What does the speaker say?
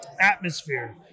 atmosphere